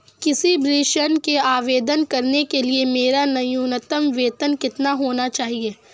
किसी भी ऋण के आवेदन करने के लिए मेरा न्यूनतम वेतन कितना होना चाहिए?